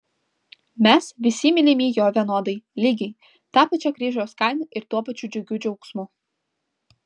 mes visi mylimi jo vienodai lygiai ta pačia kryžiaus kaina ir tuo pačiu džiugiu džiaugsmu